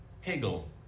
Hegel